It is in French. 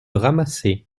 ramasser